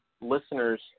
listeners